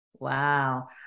Wow